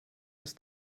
ist